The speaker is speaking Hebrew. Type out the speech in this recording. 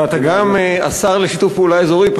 ואתה גם השר לשיתוף פעולה אזורי.